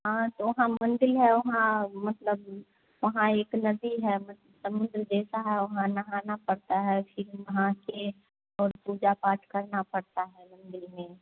हाँ तो वहाँ मंदिर है वहाँ मतलब वहाँ एक नदी है समुंद्र जैसा है वहाँ नहाना पड़ता है फिर नहा कर और पूजा पाठ करना पड़ता है मंदिर में